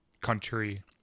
country